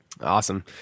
awesome